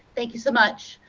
thank you so much.